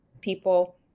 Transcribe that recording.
people